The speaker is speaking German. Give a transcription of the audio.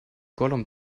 gollum